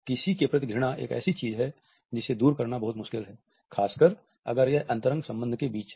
किसी के प्रति घृणा एक ऐसी चीज है जिसे दूर करना बहुत मुश्किल है खासकर अगर यह अंतरंग संबंध के बीच है